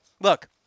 look